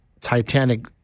Titanic